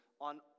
on